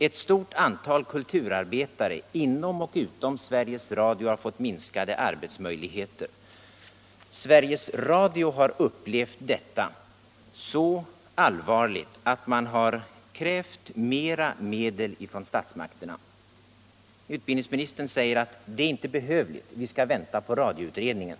Ett stort antal kulturarbetare, inom och utom Sveriges Radio, har fått minskade arbetsmöjligheter. Sveriges Radio har upplevt detta så allvarligt att man krävt mer medel från statsmakterna. Utbildningsministern säger att det inte är behövligt, vi skall vänta på radioutredningen.